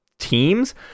teams